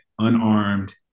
Unarmed